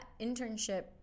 internship